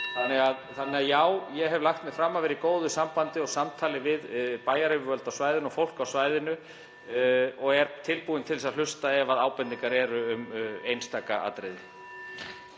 Þannig að já, ég hef lagt mig fram um að vera í góðu sambandi og samtali við bæjaryfirvöld á svæðinu og fólk á svæðinu og er tilbúinn til þess að hlusta ef ábendingar eru um einstaka atriði.